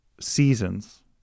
seasons